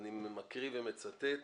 אני מקריא ומצטט: